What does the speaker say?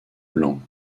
blanc